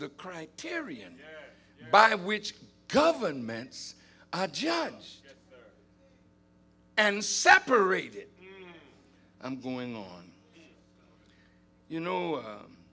the criterion by which governments i judge and separated i'm going on you know